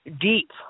deep